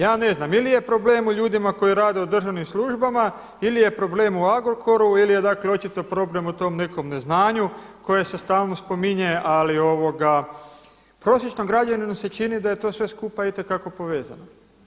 Ja ne znam ili je problem u ljudima koji rade u državnim službama ili je problem u Agrokoru ili je očito problem u tom nekom neznanju koje se stalno spominje, ali prosječnom građaninu se čini da je to sve skupa itekako povezano.